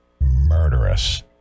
murderous